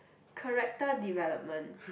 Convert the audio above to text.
character development